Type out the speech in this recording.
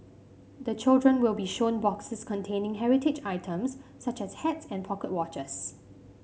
the children will be shown boxes containing heritage items such as hats and pocket watches